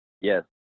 Yes